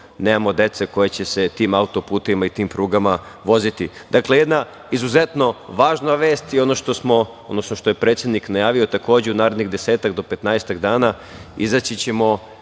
nemamo dece koji će se tim auto-putevima i tim prugama voziti. Dakle, jedna izuzetno važna vest i ono što je predsednik najavio, takođe u narednih desetak do petnaestak dana izaći ćemo